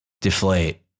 deflate